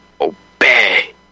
obey